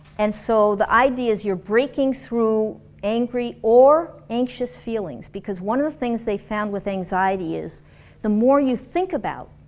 and so the idea is you're breaking through angry or anxious feelings because one of the things they found with anxiety is the more you think about